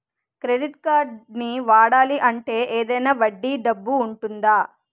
Credit కార్డ్ని వాడాలి అంటే ఏదైనా వడ్డీ డబ్బు ఉంటుందా?